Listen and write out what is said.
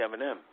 Eminem